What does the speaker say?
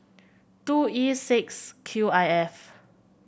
two E six Q I F